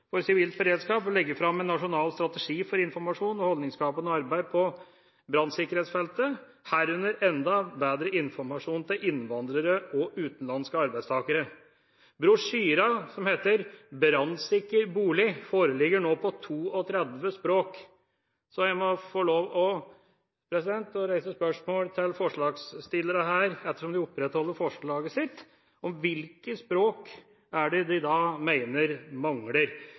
for sivilt beredskap legge fram en nasjonal strategi for informasjon og holdningsskapende arbeid på brannsikkerhetsfeltet, herunder enda bedre informasjon til innvandrere og utenlandske arbeidstakere. Brosjyren Brannsikker bolig foreligger nå på 32 språk, så jeg må få lov til å reise spørsmål til forslagsstillerne her, ettersom de opprettholder forslaget sitt, om hvilke språk de mener mangler. Jeg mener kanskje det